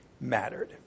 mattered